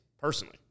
personally